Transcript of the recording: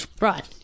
Right